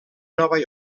nova